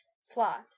slots